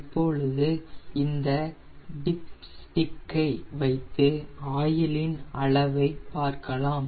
இப்போது இந்த dipstick ஐ வைத்து ஆயில் இன் அளவை பார்க்கலாம்